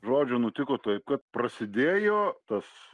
žodžiu nutiko taip kad prasidėjo tas